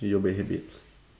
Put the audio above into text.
your bad habits